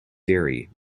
derry